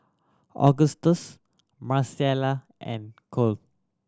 Augustus Marcella and Kole